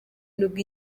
nubwo